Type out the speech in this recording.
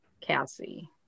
Cassie